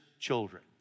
children